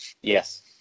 Yes